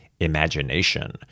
imagination